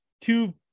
two